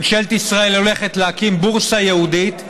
ממשלת ישראל הולכת להקים בורסה ייעודית,